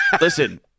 listen